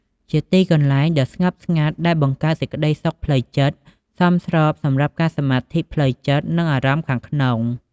ជាទីកន្លែងដ៏ស្ងប់ស្ងាត់ ដែលបង្កើនសេចក្ដីសុខផ្លូវចិត្ត សមស្របសម្រាប់ការសមាធិ ផ្លូវចិត្ត និងអារម្មណ៍ខាងក្នុង។